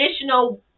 additional